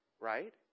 Right